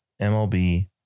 MLB